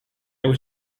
was